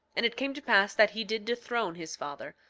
and it came to pass that he did dethrone his father,